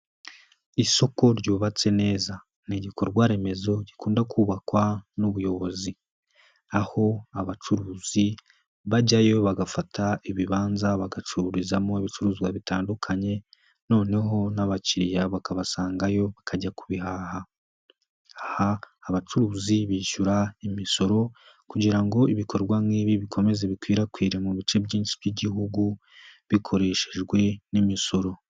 Isoko ryubatse neza, ni igikorwa remezo gikunda kubakwa n'ubuyobozi, aho abacuruzi bajyayo bagafata ibibanza bagacururizamo ibicuruzwa bitandukanye, noneho n'abakiriya bakabasangayo bakajya kubihaha Aha abacuruzi bishyura imisoro kugira ngo ibikorwa nk'ibi bikomeze bikwirakwira mu bice byinshi by'igihugu bikoreshejwe mu imisoro.